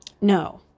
No